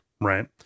Right